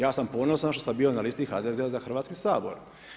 Ja sam ponosan što sam bio na listi HDZ-a za Hrvatski sabor.